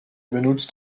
benutzt